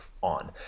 on